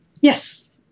Yes